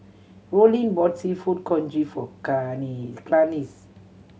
Rollin bought Seafood Congee for Clarnce